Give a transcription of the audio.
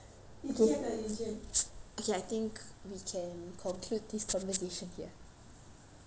okay I think we can conclude this conversation okay so click pause